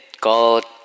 called